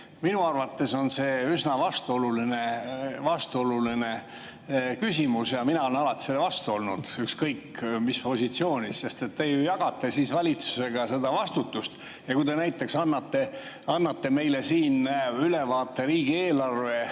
Minu arvates on see üsna vastuoluline küsimus ja mina olen alati selle vastu olnud, ükskõik mis positsioonis, sest te ju jagate siis valitsusega seda vastutust. Ja kui te näiteks annate meile siin ülevaate riigieelarve